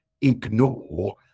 ignore